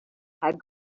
had